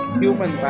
human